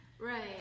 Right